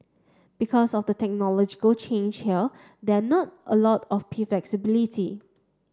because of the technological change here there not a lot of flexibility